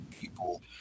people